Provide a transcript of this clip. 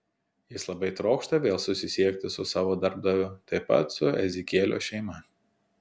jis labai trokšta vėl susisiekti su savo darbdaviu taip pat su ezekielio šeima